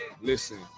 Listen